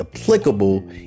applicable